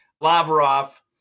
Lavrov